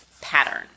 pattern